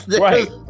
Right